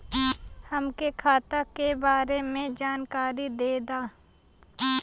हमके खाता के बारे में जानकारी देदा?